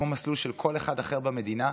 כמו המסלול של כל אחד אחר במדינה,